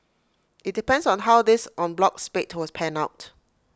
IT depends on how this en bloc spate was pan out